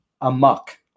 amok